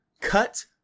cut